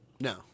No